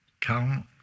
Come